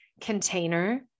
container